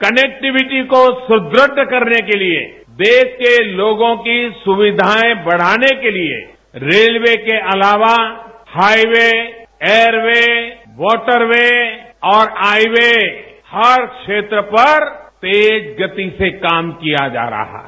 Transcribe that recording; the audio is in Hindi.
कनेक्टिविटी को सुदृढ़ करने के लिए देश के लोगों की सुविधाएं बढ़ाने के लिए रेलवे के अलावा highway airway waterway और आई वे हर क्षेत्र पर तेज गति से काम किया जा रहा है